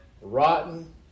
rotten